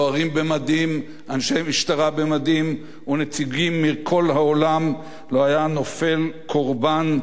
אנשי משטרה במדים ונציגים מכל העולם לא היה נופל קורבן להתקרבותן